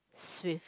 swift